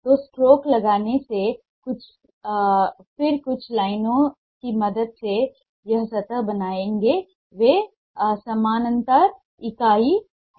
तो स्ट्रोक लगाने से फिर कुछ लाइनों की मदद से यह सतह बनाएगा वे समानांतर इकाइयां हैं